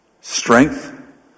strength